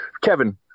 Kevin